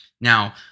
Now